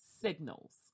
signals